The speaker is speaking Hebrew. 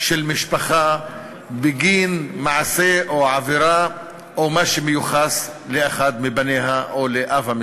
של משפחה בגין מעשה או עבירה או מה שמיוחס לאחד מבניה או לאב המשפחה.